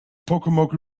pocomoke